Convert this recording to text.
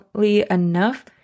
enough